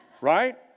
Right